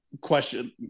Question